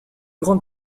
grande